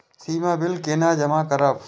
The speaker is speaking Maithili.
सीमा बिल केना जमा करब?